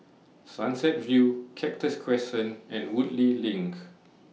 Sunset View Cactus Crescent and Woodleigh LINK